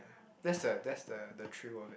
that's a that's the thrill of it